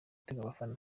abafana